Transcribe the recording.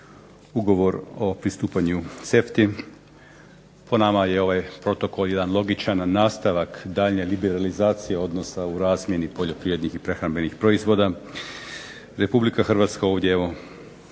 Ugovor o pristupanju CEFTA-i. Po nama je ovaj protokol jedan logičan nastavak daljnje liberalizacije odnosa u razmjeni poljoprivrednih i prehrambenih proizvoda. Republika Hrvatska, ovdje evo ja